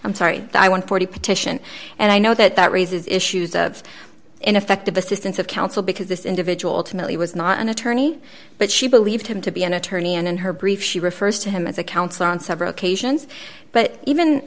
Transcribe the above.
i'm sorry i won forty petition and i know that raises issues of ineffective assistance of counsel because this individual to milly was not an attorney but she believed him to be an attorney and in her brief she refers to him as a counselor on several occasions but even